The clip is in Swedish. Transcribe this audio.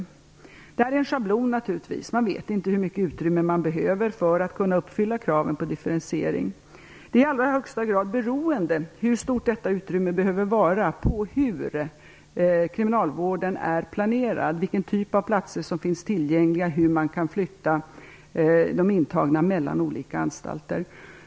Det här är en schablon, naturligtvis. Man vet inte hur mycket utrymme man behöver för att kunna uppfylla kraven på differentiering. Hur stort detta utrymme behöver vara är i allra högsta grad beroende av hur kriminalvården är planerad, vilken typ av platser som finns tillgängliga och hur man kan flytta de intagna mellan olika anstalter.